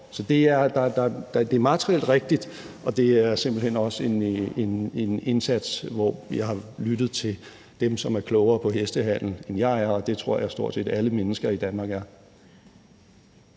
Så det er materielt rigtigt, og det er simpelt hen også en indsats, hvor jeg har lyttet til dem, som er klogere på hestehandel, end jeg er, og det tror jeg stort set alle mennesker i Danmark er.